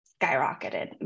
skyrocketed